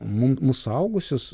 mum mus suaugusius